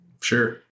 Sure